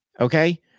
Okay